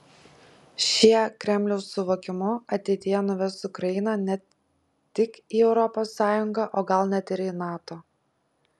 šie kremliaus suvokimu ateityje nuves ukrainą ne tik į europos sąjungą o gal net ir į nato